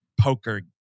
poker